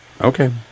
Okay